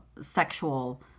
sexual